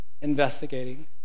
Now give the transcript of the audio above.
investigating